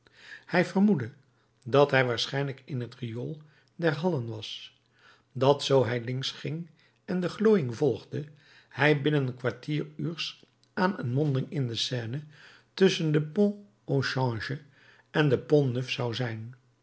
hij vermoedde dat hij waarschijnlijk in het riool der hallen was dat zoo hij links ging en de glooiing volgde hij binnen een kwartieruurs aan een monding in de seine tusschen de pont au change en de pont-neuf zou zijn